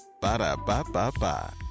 Ba-da-ba-ba-ba